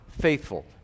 faithful